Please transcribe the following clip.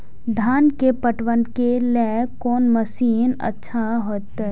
धान के पटवन के लेल कोन मशीन अच्छा होते?